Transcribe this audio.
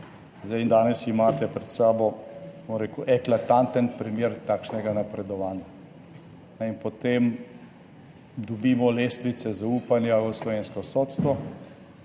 Danes imate pred sabo eklatanten primer takšnega napredovanja. Potem dobimo lestvice zaupanja v slovensko sodstvo,